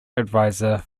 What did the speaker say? advisor